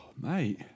mate